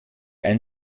einen